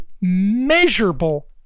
measurable